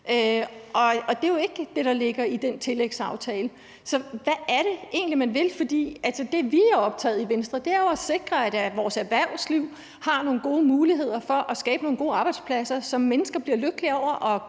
og det er jo ikke det, der ligger i den tillægsaftale. Så hvad er det egentlig, man vil? For det, vi er optaget af i Venstre, er jo at sikre, at vores erhvervsliv har nogle gode muligheder for at skabe nogle gode arbejdspladser, som mennesker bliver lykkelige af at